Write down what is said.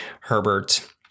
Herbert